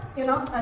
you know